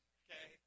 okay